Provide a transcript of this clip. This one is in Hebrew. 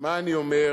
מה אני אומר?